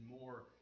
more